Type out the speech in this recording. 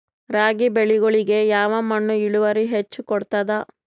ರಾಗಿ ಬೆಳಿಗೊಳಿಗಿ ಯಾವ ಮಣ್ಣು ಇಳುವರಿ ಹೆಚ್ ಕೊಡ್ತದ?